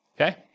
okay